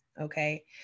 okay